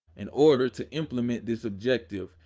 in order to implement this objective,